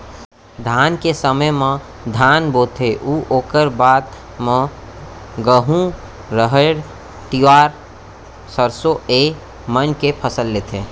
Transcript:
धान के समे म धान बोथें अउ ओकर बाद म गहूँ, राहेर, तिंवरा, सरसों ए मन के फसल लेथें